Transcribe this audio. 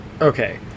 okay